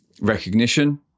recognition